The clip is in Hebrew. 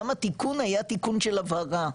גם התיקון היה תיקון של הבהרה,